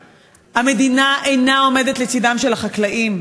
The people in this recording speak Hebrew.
המדינה אינה עומדת לצדם של החקלאים.